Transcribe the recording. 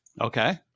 Okay